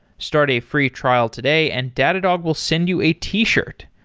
start a free trial today and data dog will send you a t-shirt.